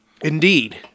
Indeed